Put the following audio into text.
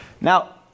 Now